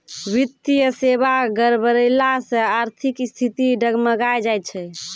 वित्तीय सेबा गड़बड़ैला से आर्थिक स्थिति डगमगाय जाय छै